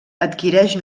adquireix